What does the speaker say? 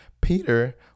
peter